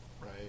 Right